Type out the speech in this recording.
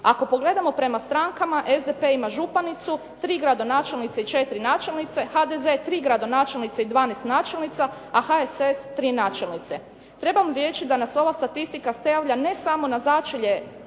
Ako pogledamo prema stankama SDP ima županicu, 3 gradonačelnice i 4 načelnice, HDZ 3 gradonačelnice i 12 načelnica, a HSS 3 načelnice. Trebam ... da nas ova statistika stavlja ne samo na začelje